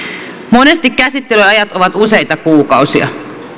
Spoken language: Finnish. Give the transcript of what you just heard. monesti käsittelyajat ovat useita kuukausia